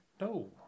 no